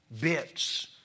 bits